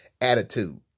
attitude